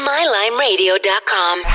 MyLimeRadio.com